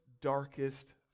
darkest